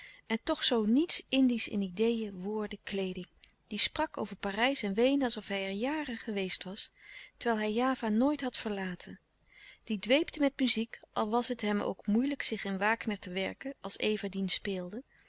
en toch zoo niets indiesch in ideeën woorden kleeding die sprak over parijs en weenen alsof hij er jaren geweest was terwijl hij java nooit had verlaten die dweepte met muziek al was het hem ook moeilijk zich in wagner te werken als eva dien speelde